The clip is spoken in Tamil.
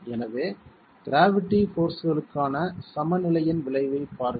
எனவே க்ராவிட்டி போர்ஸ்களுக்கான சமநிலையின் விளைவைப் பாருங்கள்